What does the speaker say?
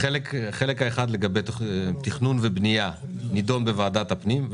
כאשר חלק אחד לגבי תכנון ובנייה נדון בוועדת הפנים,